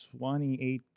2018